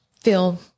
feel